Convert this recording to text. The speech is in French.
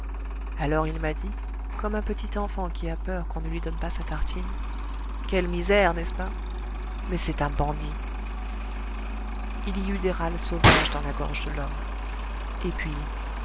alors il m'a comme un petit enfant qui a peur qu'on ne lui donne pas sa tartine quelle misère n'est-ce pas mais c'est un bandit il y eut des râles sauvages dans la gorge de l'homme et puis